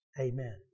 amen